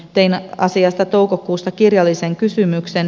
tein asiasta toukokuussa kirjallisen kysymyksen